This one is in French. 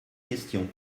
questions